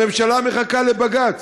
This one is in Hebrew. הממשלה מחכה לבג"ץ.